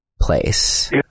place